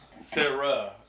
Sarah